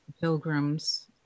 pilgrims